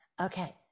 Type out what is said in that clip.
Okay